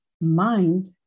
mind